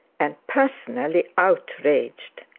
and personally outraged.